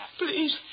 Please